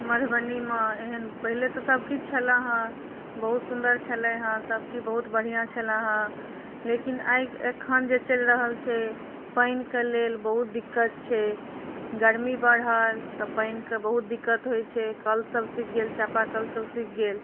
मधुबनीमे एहन पहिने तऽ सभ किछु छलै है बहुत सुन्दर छलै है सभ किछु बहुत बढ़िऑं छलै है लेकिन आइ अखन जे चलि रहल छै पानिके लेल बहुत दिक्कत छै गर्मी बढ़ल तऽ पानिके बहुत दिक्कत होइ छै कल सभ सुखि गेल चापा कल सभ सुखि गेल